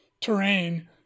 terrain